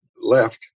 left